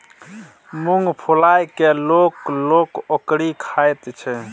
मुँग फुलाए कय लोक लोक ओकरी खाइत छै